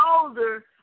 older